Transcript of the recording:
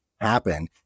happen